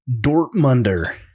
Dortmunder